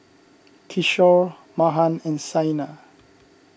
Kishore Mahan and Saina